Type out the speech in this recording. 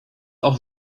auch